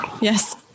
Yes